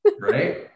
Right